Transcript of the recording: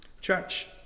Church